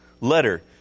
letter